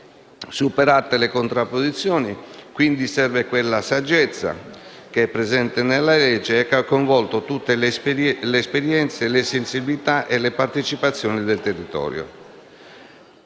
Superate le contrapposizioni serve quella saggezza che è presente nella legge e che ha coinvolto tutte le esperienze, le sensibilità e le partecipazioni del territorio.